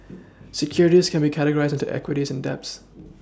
Securities can be categorized into equities and debts